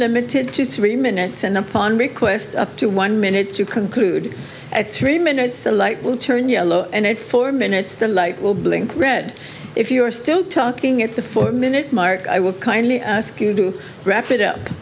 limited to three minutes and upon request up to one minute to conclude at three minutes the light will turn yellow and at four minutes the light will blink read if you are still talking at the four minute mark i will kindly ask you to graph it up